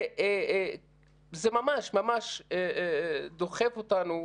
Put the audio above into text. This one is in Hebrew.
זה ממש ממש דוחף אותנו,